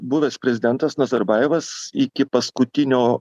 buvęs prezidentas nazarbajevas iki paskutinio